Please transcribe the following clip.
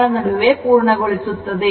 ಗಳ ನಡುವೆ ಪೂರ್ಣಗೊಳಿಸುತ್ತದೆ